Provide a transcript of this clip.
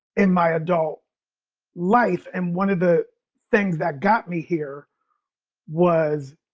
in my adult life. and one of the things that got me here was,